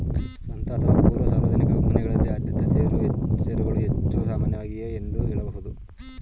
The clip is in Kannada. ಸ್ವಂತ ಅಥವಾ ಪೂರ್ವ ಸಾರ್ವಜನಿಕ ಕಂಪನಿಗಳಲ್ಲಿ ಆದ್ಯತೆ ಶೇರುಗಳು ಹೆಚ್ಚು ಸಾಮಾನ್ಯವಾಗಿದೆ ಎಂದು ಹೇಳಬಹುದು